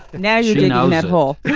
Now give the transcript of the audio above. now you do know that hall